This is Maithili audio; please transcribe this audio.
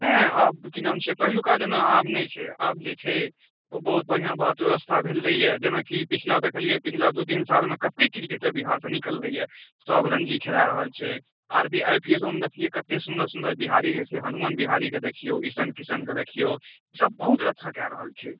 नहि की नाम छै पहिलुका जेना आब नहि छै आब जे छै ओ बहुत बढ़िआँ बात व्यवस्था भेलैया जेनाकि पिछला देखलियै पिछला दू तीन सालमे कते क्रिकेटर बिहारसँ निकललैया सब रणजी खेला रहल छै आर आइपीएलोमे देखलियै कते सुन्दर सुन्दर बिहारी जे छै हनुमान बिहारीके देखियौ ईशान किशनके देखियौ सब बहुत अच्छा कए रहल छै